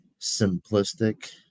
simplistic